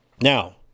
Now